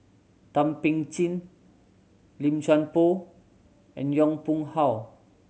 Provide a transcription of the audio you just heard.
Thum Ping Tjin Lim Chuan Poh and Yong Pung How